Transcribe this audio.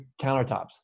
countertops